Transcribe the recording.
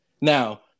Now